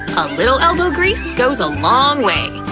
a little elbow grease goes a long way!